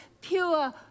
pure